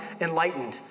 enlightened